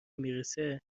میرسه